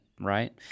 right